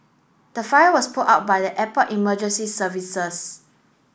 the fire was put out by the airport emergency services